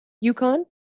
Yukon